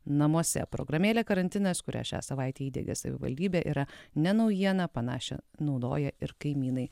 namuose programėlė karantinas kurią šią savaitę įdiegė savivaldybė yra ne naujiena panašią naudoja ir kaimynai